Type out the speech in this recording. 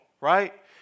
right